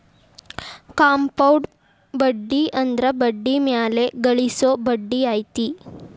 compound ಬಡ್ಡಿ ಅಂದ್ರ ಬಡ್ಡಿ ಮ್ಯಾಲೆ ಗಳಿಸೊ ಬಡ್ಡಿ ಐತಿ